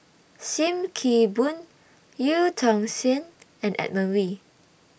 SIM Kee Boon EU Tong Sen and Edmund Wee